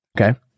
Okay